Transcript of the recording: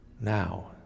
Now